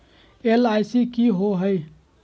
LIC की होअ हई?